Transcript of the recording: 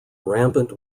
rampant